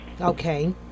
Okay